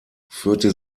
führte